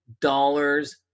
dollars